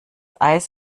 eis